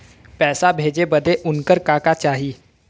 पैसा भेजे बदे उनकर का का चाही?